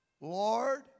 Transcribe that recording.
Lord